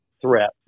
threat